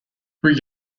three